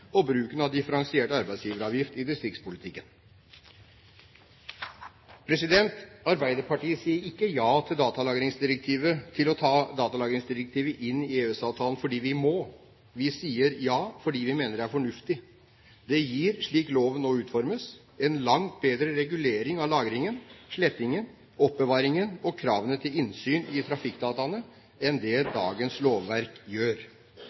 og bruken av differensiert arbeidsgiveravgift i distriktspolitikken. Arbeiderpartiet sier ikke ja til å ta datalagringsdirektivet inn i EØS-avtalen fordi vi må. Vi sier ja fordi vi mener det er fornuftig. Det gir, slik loven nå utformes, en langt bedre regulering av lagringen, slettingen, oppbevaringen og kravene til innsyn i trafikkdataene enn det dagens lovverk gjør,